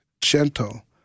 gentle